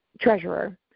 treasurer